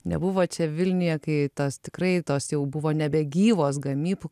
nebuvo čia vilniuje kai tas tikrai tos jau buvo nebegyvos gamyb